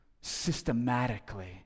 systematically